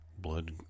blood